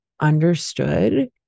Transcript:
understood